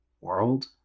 World